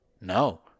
No